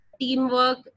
teamwork